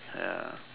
ya